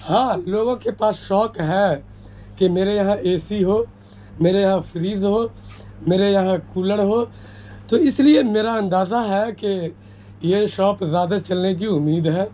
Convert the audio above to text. ہاں لوگوں کے پاس شوق ہے کہ میرے یہاں اے سی ہو میرے یہاں فریز ہو میرے یہاں کولر ہو تو اس لیے میرا اندازہ ہے کہ یہ شوپ زیادہ چلنے کی امید ہے